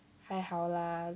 还好啦